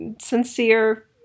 sincere